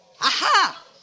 Aha